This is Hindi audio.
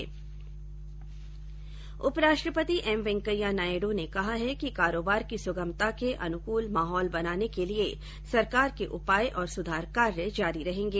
उप राष्ट्रपति एम वेंकैया नायड ने कहा है कि कारोबार की सुगमता के अनुकल माहौल बनाने के लिए सरकार के उपाय और सुधार कार्ये जारी रहेंगे